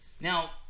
Now